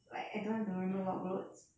like I don't have to remember a lot of roads